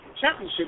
championship